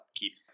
keep